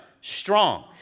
Strong